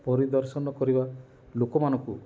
ପରିଦର୍ଶନ କରିବା ଲୋକମାନଙ୍କୁ